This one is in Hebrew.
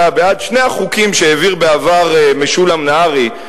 בעד שני החוקים שהעביר בעבר משולם נהרי,